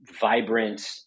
vibrant